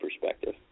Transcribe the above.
perspective